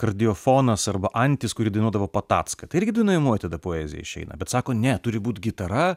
kardiofonas arba antis kuri dainuodavo patacką tai irgi dainuojamoji tada poezija išeina bet sako ne turi būt gitara